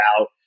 out